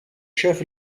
chef